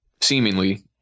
seemingly